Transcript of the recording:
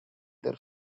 their